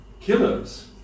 killers